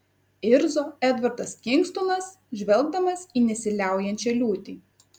irzo edvardas kingstonas žvelgdamas į nesiliaujančią liūtį